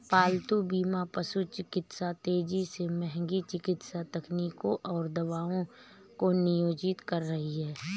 पालतू बीमा पशु चिकित्सा तेजी से महंगी चिकित्सा तकनीकों और दवाओं को नियोजित कर रही है